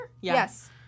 yes